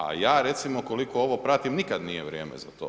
A ja recimo koliko ovo pratim nikad nije vrijeme za to.